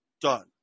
Done